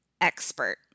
expert